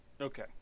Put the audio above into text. Okay